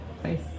place